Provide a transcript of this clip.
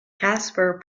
casper